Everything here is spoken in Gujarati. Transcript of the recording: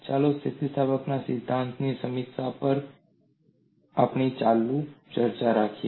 ચાલો સ્થિતિસ્થાપકતાના સિદ્ધાંતની સમીક્ષા પર આપણી ચર્ચા ચાલુ રાખીએ